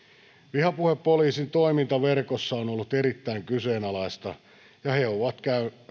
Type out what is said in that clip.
vihapuhepoliisien toiminta verkossa on on ollut erittäin kyseenalaista ja he ovat